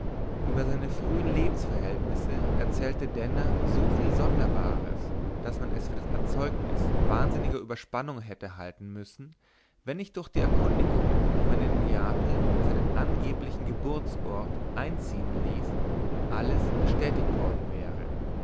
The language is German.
über seine früheren lebensverhältnisse erzählte denner so viel sonderbares daß man es für das erzeugnis wahnsinniger überspannung hätte halten müssen wenn nicht durch die erkundigungen die man in neapel seinem angeblichen geburtsort einziehen ließ alles bestätigt worden wäre